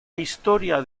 historia